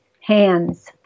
hands